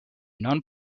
non